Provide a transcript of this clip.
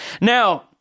Now